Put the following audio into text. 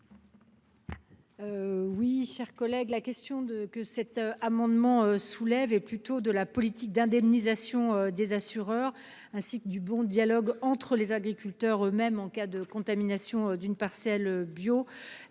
Oui, chers collègues, la question de que cet amendement soulève est plutôt de la politique d'indemnisation des assureurs, ainsi que du bon dialogue entre les agriculteurs eux-, même en cas de contamination d'une parcelle bio.